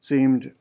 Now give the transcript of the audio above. Seemed